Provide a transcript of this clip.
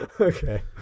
Okay